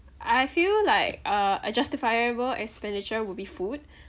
I feel like uh a justifiable expenditure would be food